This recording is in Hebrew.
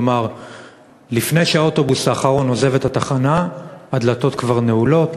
כלומר לפני שהאוטובוס האחרון עוזב את התחנה הדלתות כבר נעולות.